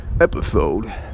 episode